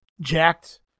jacked